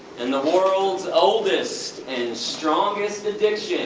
and the world's oldest and strongest addiction